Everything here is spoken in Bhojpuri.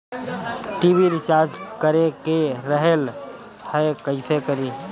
टी.वी रिचार्ज करे के रहल ह कइसे करी?